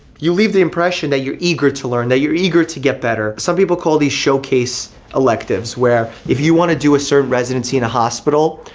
you leave the impression that you're eager to learn, that you're eager to get better. some people call these showcase electives where if you want to do a certain residency in a hospital,